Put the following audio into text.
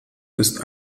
ist